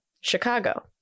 Chicago